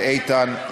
לאיתן,